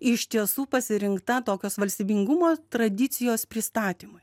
iš tiesų pasirinkta tokios valstybingumo tradicijos pristatymui